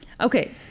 okay